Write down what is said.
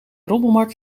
rommelmarkt